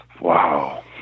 Wow